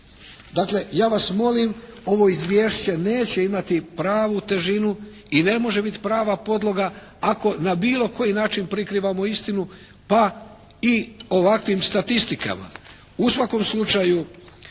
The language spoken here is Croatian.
Dakle, ja vas molim ovo izvješće neće imati pravu težinu i ne može biti prava podloga ako na bilo koji način prikrivamo istinu, pa i ovakvim statistikama. U svakom slučaju